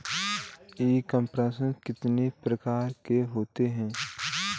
ई commerce कितने प्रकार के होते हैं?